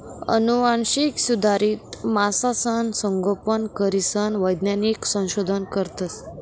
आनुवांशिक सुधारित मासासनं संगोपन करीसन वैज्ञानिक संशोधन करतस